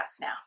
now